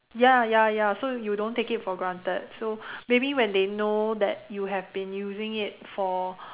ya ya ya so you don't take it for granted so maybe when they know that you have been using it for